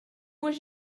was